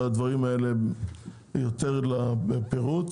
בדברים האלה יותר בפירוט,